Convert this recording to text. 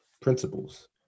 principles